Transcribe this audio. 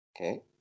Okay